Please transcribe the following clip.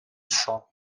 cent